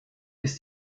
ist